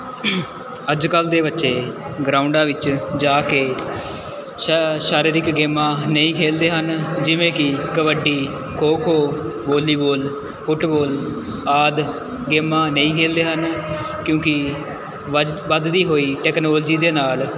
ਅੱਜ ਕੱਲ੍ਹ ਦੇ ਬੱਚੇ ਗਰਾਊਂਡਾਂ ਵਿੱਚ ਜਾ ਕੇ ਸ਼ਾ ਸ਼ਾਰੀਰਿਕ ਗੇਮਾਂ ਨਹੀਂ ਖੇਲਦੇ ਹਨ ਜਿਵੇਂ ਕਿ ਕਬੱਡੀ ਖੋ ਖੋ ਵੋਲੀਬੋਲ ਫੁਟਬੋਲ ਆਦਿ ਗੇਮਾਂ ਨਹੀਂ ਖੇਲਦੇ ਹਨ ਕਿਉਂਕਿ ਵੱਜ ਵੱਧਦੀ ਹੋਈ ਟੈਕਨੋਲਜੀ ਦੇ ਨਾਲ਼